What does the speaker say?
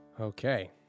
Okay